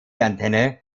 antenne